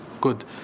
good